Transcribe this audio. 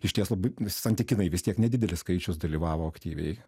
išties labai santykinai vis tiek nedidelis skaičius dalyvavo aktyviai